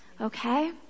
okay